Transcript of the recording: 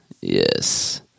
Yes